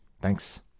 Thanks